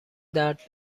درد